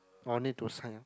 or need to sign up